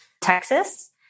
Texas